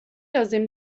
لازم